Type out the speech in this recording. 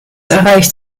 erreicht